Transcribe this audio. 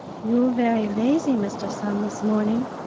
you ve'y lazy, mister sun, this morning,